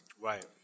right